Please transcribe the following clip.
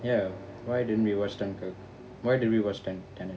ya why didn't we watch dunkirk why did we watch ten~ tenet